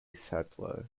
settler